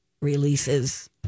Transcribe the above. releases